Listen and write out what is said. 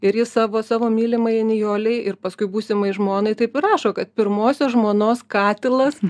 ir jis savo savo mylimajai nijolei ir paskui būsimai žmonai taip ir rašo kad pirmosios žmonos katilas